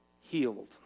healed